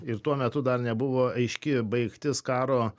ir tuo metu dar nebuvo aiški baigtis karo